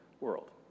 world